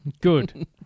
Good